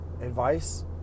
advice